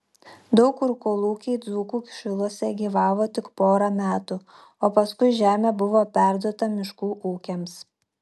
daug kur kolūkiai dzūkų šiluose gyvavo tik porą metų o paskui žemė buvo perduota miškų ūkiams